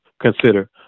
consider